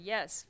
Yes